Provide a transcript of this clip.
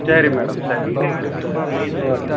சரி மேடம் சரி madam okay